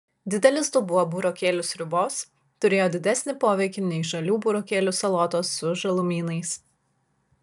didelis dubuo burokėlių sriubos turėjo didesnį poveikį nei žalių burokėlių salotos su žalumynais